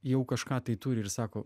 jau kažką tai turi ir sako